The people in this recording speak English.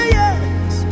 yes